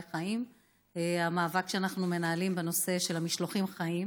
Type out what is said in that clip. החיים על המאבק שאנחנו מנהלים בנושא המשלוחים חיים.